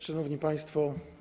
Szanowni Państwo!